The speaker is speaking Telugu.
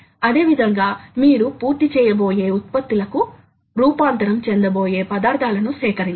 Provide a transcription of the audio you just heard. ముఖ్యంగా ఇది ఉపరితల ముగింపు వంటి ఇతర విషయాలపై కూడా ఆధారపడి ఉంటుంది